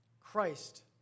Christ